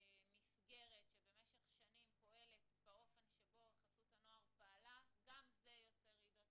מסגרת שבמשך שנים פועלת באופן שבו חסות הנוער פעלה גם זה יוצר רעידות